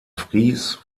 fries